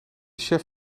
chef